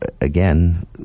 again